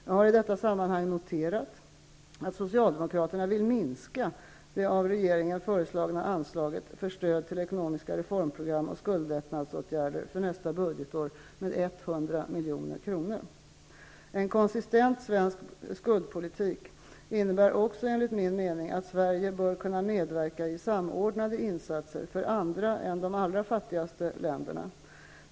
Jag har i detta sammanhang noterat att socialdemokraterna vill minska det av regeringen föreslagna anslaget för stöd till ekonomiska reformprogram och skuldlättnadsåtgärder för nästa budgetår med 100 En konsistent svensk skuldpolitik innebär också enligt min mening att Sverige bör kunna medverka i samordnade insatser för andra än de allra fattigaste länderna.